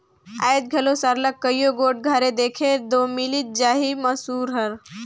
आएज घलो सरलग कइयो गोट घरे देखे ले दो मिलिच जाही मूसर हर